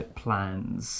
plans